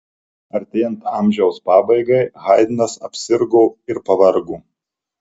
artėjant amžiaus pabaigai haidnas apsirgo ir pavargo